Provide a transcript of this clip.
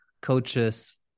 coaches